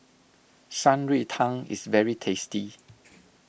Shan Rui Tang is very tasty